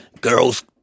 Girls